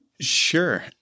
Sure